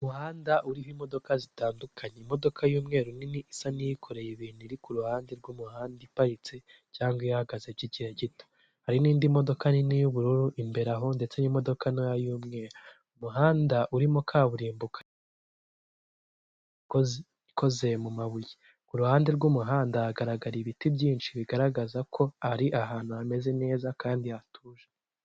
Umuhanda uririmo imodoka zitandukanye, imodoka y'umweru nini isa n'iyikoreye ibintu iri kuruhande rw'umuhanda iparitse cyangwa ihagaze kikirihe gito, hari n'indi modoka nini y'ubururu imbere aho ndetse n'imodoka nayoy'u umuhanda urimo kaburimbo ka, ikoze mabuye ku ruhande rw'umuhanda hagaragara ibiti byinshi bigaragaza ko ari ahantu hameze neza kandi hatuje.